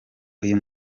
uyu